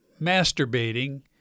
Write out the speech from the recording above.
masturbating